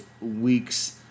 week's